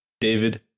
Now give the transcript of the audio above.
David